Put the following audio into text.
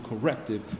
corrective